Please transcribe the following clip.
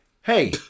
hey